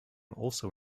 also